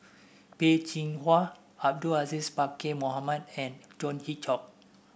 Peh Chin Hua Abdul Aziz Pakkeer Mohamed and John Hitchcock